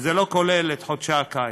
וזה לא כולל את חודשי הקיץ.